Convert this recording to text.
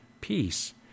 peace